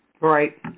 right